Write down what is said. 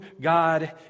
God